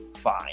fine